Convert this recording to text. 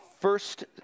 First